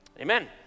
Amen